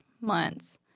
months